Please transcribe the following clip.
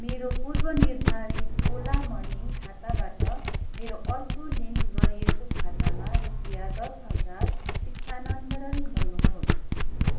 मेरो पुर्वनिर्धारित ओला मनी खाताबाट मेरो अर्को लिङ्क गरिएको खातामा रुपियाँ दस हजार स्थानान्तरण गर्नुहोस्